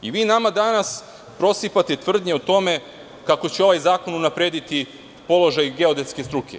Nama danas prosipate tvrdnje o tome kako će ovaj zakon unaprediti položaj geodetske struke.